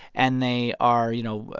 and they are, you know,